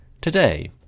Today